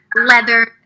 leather